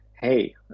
hey